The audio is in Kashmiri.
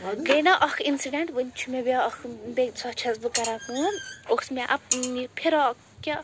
گٔے نا اَکھ اِنسِڈیٚنٛٹ وُنہِ چھُ مےٚ بیٛاکھ بیٚکہِ سۄ چھیٚس بہٕ کَران کٲم اوس مےٚ اَکھ یہِ فِراق کیٛاہ